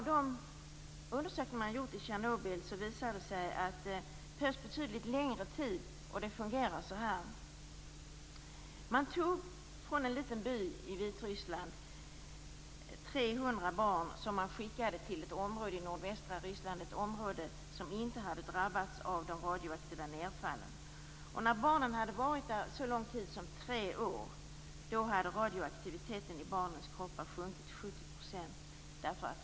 Av de undersökningar som har gjorts i Tjernobyl har det visat sig att det behövs betydligt längre tid. Det har framkommit på följande sätt: Från en liten by i Vitryssland skickades 300 barn till ett område som inte hade drabbats av de radioaktiva nedfallen i nordvästra Ryssland. När barnen hade bott där så lång tid som tre år hade radioaktiviteten i deras kroppar sjunkit så mycket som 70 %.